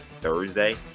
Thursday